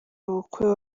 bukwe